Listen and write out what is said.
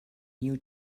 new